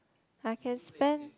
I can spend